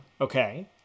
Okay